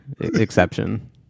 exception